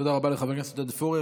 תודה לחבר הכנסת עודד פורר.